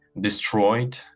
destroyed